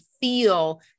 feel